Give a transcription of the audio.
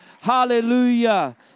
Hallelujah